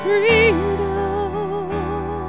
freedom